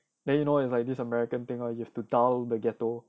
then you know it's like this american thing or you have to dull the ghetto